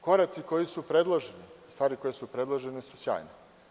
Koraci koji su predloženi, stvari koje su predložene su sjajne.